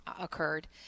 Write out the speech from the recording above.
occurred